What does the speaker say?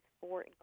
four